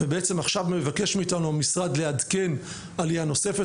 מבקש מאיתנו המשרד לעדכן עלייה נוספת,